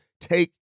take